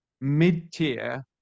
mid-tier